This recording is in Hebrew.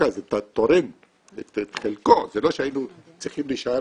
זה תורם את חלקו, זה לא שהיינו צריכים להישאר